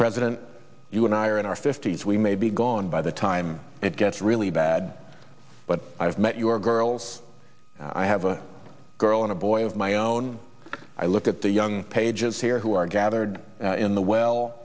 president you and i are in our fifty's we may be gone by the time it gets really bad but i have met your girls i have a girl and a boy of my own i look at the young pages here who are gathered in the well